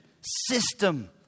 system